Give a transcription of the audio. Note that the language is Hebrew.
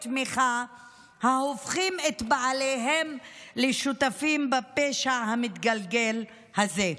חוץ ממשפטי תמיכה ההופכים את בעליהם לשותפים בפשע המתגלגל הזה.